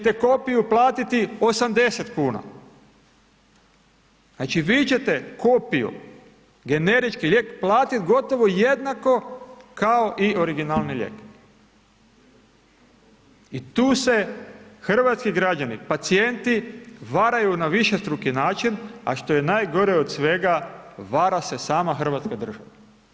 U RH ćete kopiju platiti 80,00 kn, znači, vi ćete kopiju, generički lijek platiti gotovo jednako kao i originalni lijek i tu se hrvatski građani, pacijenti, varaju na višestruki način, a što je najgore od svega, vara se sama hrvatska država.